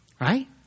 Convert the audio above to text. right